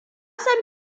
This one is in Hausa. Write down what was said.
san